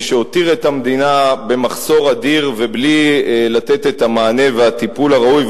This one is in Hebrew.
מי שהותיר את המדינה במחסור אדיר ובלי לתת את המענה והטיפול הראוי,